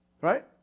Right